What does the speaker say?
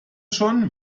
schon